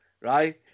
right